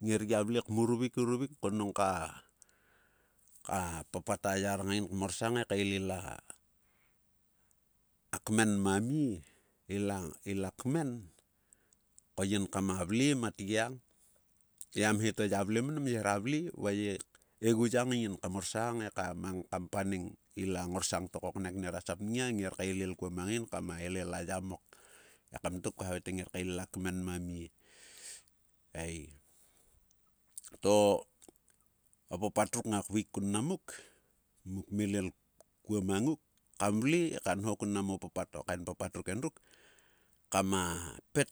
Nger gia vle kumruvik uruvik ko nong ka-ka-papat ayar ngang ngang kmorsong he kael ila-kmen mamie ila-ila kmen ko yin kama-vle matrgiang he a mheto ya yle mnam. yhe ra vle va yeguyang in kam orsang he ka mang kam panena ila ngorsong to koknai nera sap nngia kaelel kuo mang in kama- elel a yamok. Ekam tok. kua hayae te ngia kael ila kmen ma mie eii-to-opapat ruk ngak vaiek kun mnam muk. muk kmelel kuo mang nguk kam vle he ka nho kun mnam o papat. A kain papat ruk endruk kama-pet